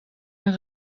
een